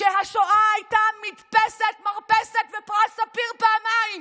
שהשואה הייתה מדפסת, מרפסת ופרס ספיר פעמיים,